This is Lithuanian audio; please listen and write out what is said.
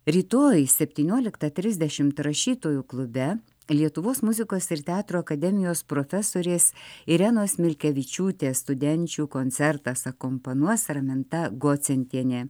rytoj septynioliktą trisdešimt rašytojų klube lietuvos muzikos ir teatro akademijos profesorės irenos milkevičiūtės studenčių koncertas akompanuos raminta gocentienė